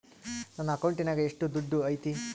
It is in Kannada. ನನ್ನ ಅಕೌಂಟಿನಾಗ ಎಷ್ಟು ದುಡ್ಡು ಐತಿ?